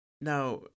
now